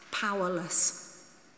powerless